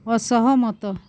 ଅସହମତ